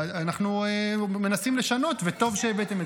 אנחנו מנסים לשנות, וטוב שהבאתם את זה.